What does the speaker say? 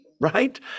right